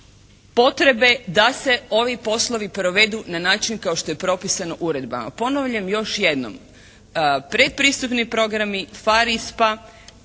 potrebe da se ovi poslovi provedu na način kao što je propisano uredbama. Ponavljam još jednom. Predpristupni programi «PHARE»